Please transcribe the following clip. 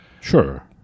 sure